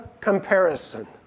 comparison